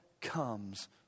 comes